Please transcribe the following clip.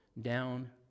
down